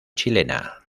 chilena